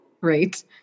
right